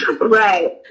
Right